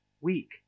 weak